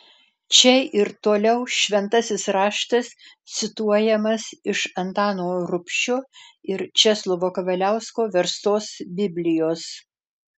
čia ir toliau šventasis raštas cituojamas iš antano rubšio ir česlovo kavaliausko verstos biblijos